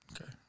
Okay